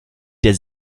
der